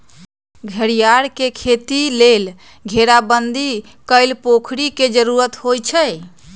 घरियार के खेती लेल घेराबंदी कएल पोखरि के जरूरी होइ छै